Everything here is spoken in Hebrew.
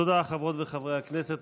תודה, חברות וחברי הכנסת.